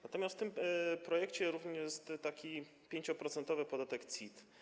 Natomiast w tym projekcie również jest taki 5-procentowy podatek CIT.